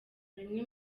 bimwe